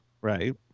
Right